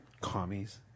Commies